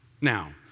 now